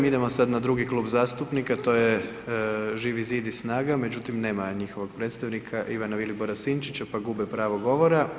Idemo sada na drugi Klub zastupnika, to je Živi zid i SNAG-a, međutim nema njihovog predstavnika Ivana Vilibora Sinčića pa gube pravo govora.